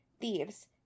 Thieves